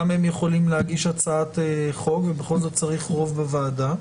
גם הם יכולים להגיש הצעת חוק ובכל זאת צריך רוב בוועדה.